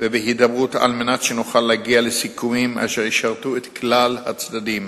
ובהידברות על מנת שנוכל להגיע לסיכומים אשר ישרתו את כלל הצדדים.